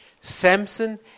Samson